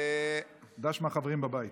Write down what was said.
ד"ש מהחברים בבית.